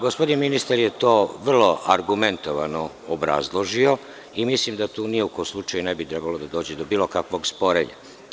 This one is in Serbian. Gospodin ministar je to vrlo argumentovano obrazložio i mislim da u tu ni u kom slučaju ne bi trebalo da dođe do bilo kakvog sporenja.